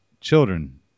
children